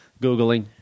googling